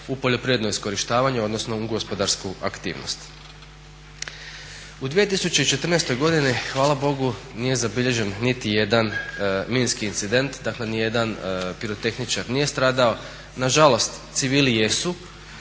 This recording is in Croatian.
u poljoprivredno iskorištavanje odnosno u gospodarsku aktivnost. U 2014.godini hvala Bogu nije zabilježen niti jedan minski incident, dakle nijedan pirotehničar nije stradao. Nažalost, civili jesu,